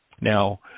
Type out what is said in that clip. Now